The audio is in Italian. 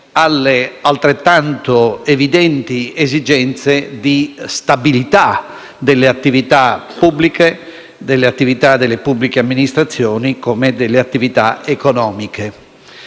alle altrettanto evidenti esigenze di stabilità delle attività pubbliche, delle attività delle pubbliche amministrazioni come delle attività economiche.